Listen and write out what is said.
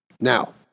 Now